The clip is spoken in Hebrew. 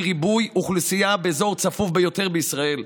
ריבוי אוכלוסייה באזור צפוף ביותר בישראל.